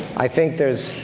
i think there's